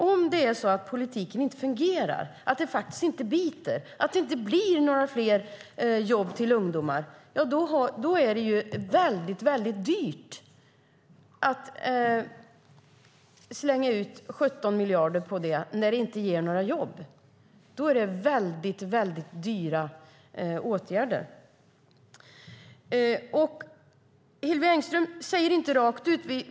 Om politiken inte fungerar, om den faktiskt inte biter och det inte blir några fler jobb till ungdomar är det väldigt dyrt att slänga ut 17 miljarder på det. Då är det väldigt dyra åtgärder.